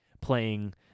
playing